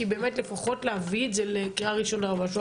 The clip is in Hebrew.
כדי באמת לפחות להביא את זה לקריאה ראשונה או משהו.